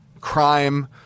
crime